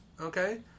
okay